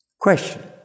Question